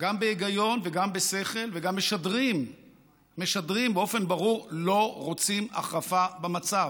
גם בהיגיון וגם בשכל וגם משדרים באופן ברור שלא רוצים החרפה במצב,